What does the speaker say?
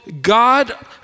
God